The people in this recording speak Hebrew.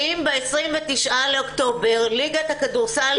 האם ב-29 באוקטובר ליגת הכדורסל נשים